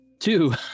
Two